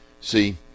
see